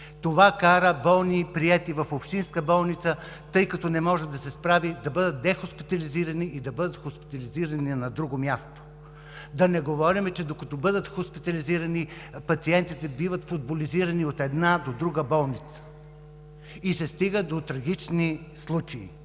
Това кара болни и приети в общинска болница, тъй като не може да се справи, да бъдат дехоспитализирани и да бъдат хоспитализирани на друго място. Да не говорим, че докато бъдат хоспитализирани, пациентите биват футболизирани от една до друга болница и се стига до трагични случаи.